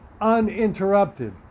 uninterrupted